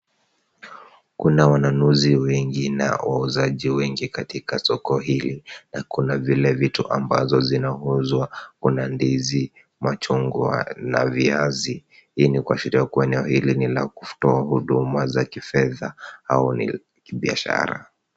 Kuna wanunuzi wengi na wauzaji wengi katika soko hili. Na kuna vile vitu ambazo zinauzwa, kuna ndizi, machungwa na viazi. Hii ni kuashiria kuwa eneo hili ni la kutoa huduma za kifedha au ni kibiashara.